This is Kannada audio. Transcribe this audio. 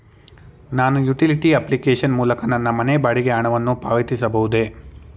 ನಾನು ಯುಟಿಲಿಟಿ ಅಪ್ಲಿಕೇಶನ್ ಮೂಲಕ ನನ್ನ ಮನೆ ಬಾಡಿಗೆ ಹಣವನ್ನು ಪಾವತಿಸಬಹುದೇ?